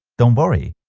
don't worry!